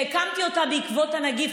שהקמתי אותה בעקבות הנגיף.